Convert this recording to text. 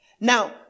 Now